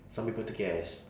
some people take it as